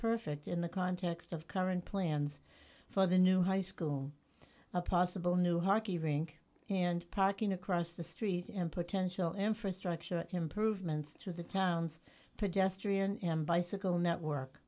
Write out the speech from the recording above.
perfect in the context of current plans for the new high school a possible new hockey rink and parking across the street and potential infrastructure improvements to the town's pedestrian bicycle network